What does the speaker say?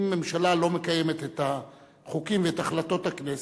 אם ממשלה לא מקיימת את החוקים ואת החלטות הכנסת,